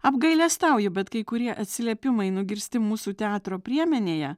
apgailestauju bet kai kurie atsiliepimai nugirsti mūsų teatro priemenėje